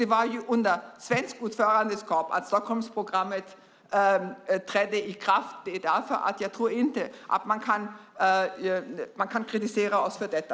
Det var ju under svenskt ordförandeskap som Stockholmsprogrammet trädde i kraft. Därför tror jag inte att man kan kritisera oss för detta.